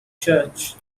church